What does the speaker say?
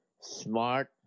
smart